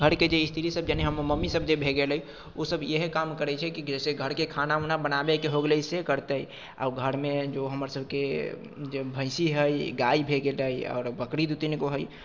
घरके जे स्त्रीसभ जेने हमर मम्मीसभ जे भऽ गेलै ओसभ इएह काम करैत छै कि जैसे घरके खाना उना बनाबैके हो गेलै से करतै आओर घरमे जो हमरसभके जे भैँसी हइ गाय भे गेलै आओर बकरी दू तीन गो हइ